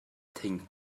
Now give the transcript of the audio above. think